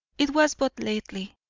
it was but lately.